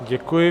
Děkuji.